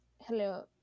hello